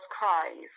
cries